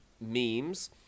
memes